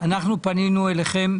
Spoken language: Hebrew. אנחנו פנינו אליכם,